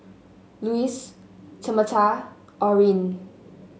Luis Tamatha Orin